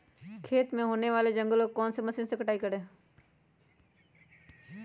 खेत में होने वाले जंगल को कौन से मशीन से कटाई करें?